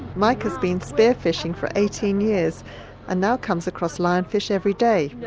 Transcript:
mike has been spear fishing for eighteen years and now comes across lionfish every day.